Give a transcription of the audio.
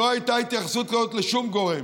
לא הייתה התייחסות לשום גורם.